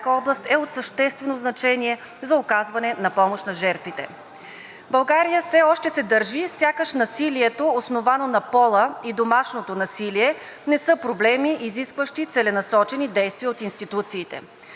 област е от съществено значение за оказване на помощ на жертвите. България все още се държи, сякаш насилието, основано на пола, и домашното насилие не са проблеми, изискващи целенасочени действия от институциите.